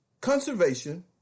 conservation